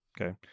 Okay